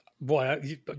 Boy